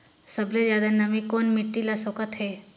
सबले ज्यादा नमी कोन मिट्टी ल सोखत हे?